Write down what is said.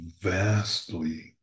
vastly